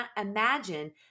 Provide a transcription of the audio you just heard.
Imagine